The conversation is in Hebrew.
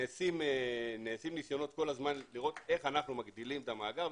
נעשים ניסיונות כל הזמן לראות איך אנחנו מגדילים את המאגר,